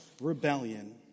rebellion